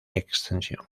extensión